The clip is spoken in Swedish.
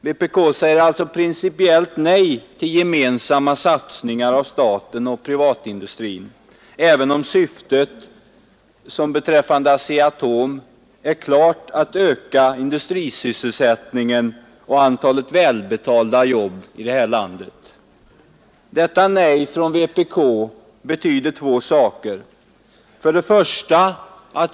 Vpk säger alltså principiellt nej till gemensamma satsningar av staten och privatindustrin även om syftet som beträffande ASEA-Atom klart är att öka industrisysselsättningen och antalet välbetalda jobb i detta land. Detta nej från vpk betyder två saker: 1.